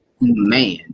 Man